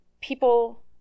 people